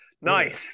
Nice